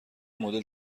مدل